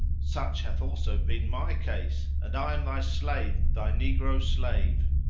such hath also been my case and i am thy slave, thy negro slave.